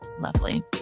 Lovely